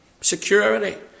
security